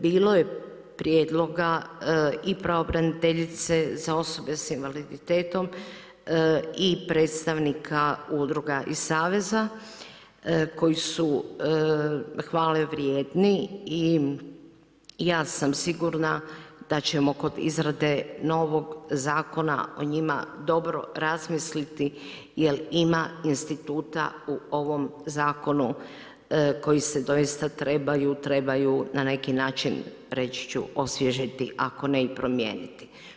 Bilo je prijedloga i pravobraniteljice za osobe sa invaliditetom i predstavnika udruga i saveza koji su hvale vrijedni i ja sam sigurna da ćemo kod izrade novog zakona o njima dobro razmisliti jer ima instituta u ovom zakonu koji se doista trebaju na neki način reći ću osvježiti, ako ne i promijeniti.